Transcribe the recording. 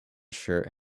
shirt